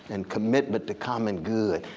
and commitment to common good.